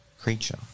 creature